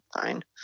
fine